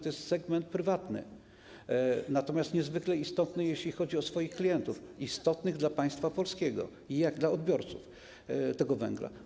To jest segment prywatny, natomiast niezwykle istotny, jeśli chodzi o swoich klientów, istotnych dla państwa polskiego, jak i dla odbiorców tego węgla.